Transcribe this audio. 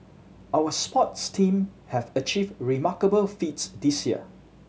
our sports team have achieved remarkable feats this year